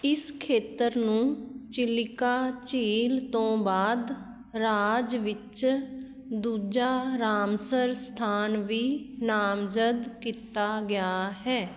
ਇਸ ਖੇਤਰ ਨੂੰ ਚਿੱਲਿਕਾ ਝੀਲ ਤੋਂ ਬਾਅਦ ਰਾਜ ਵਿੱਚ ਦੂਜਾ ਰਾਮਸਰ ਸਥਾਨ ਵੀ ਨਾਮਜ਼ਦ ਕੀਤਾ ਗਿਆ ਹੈ